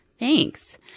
Thanks